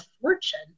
fortune